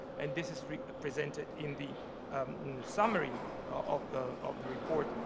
and this is ah presented in the summary of the of the report,